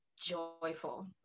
joyful